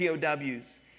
POWs